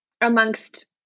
amongst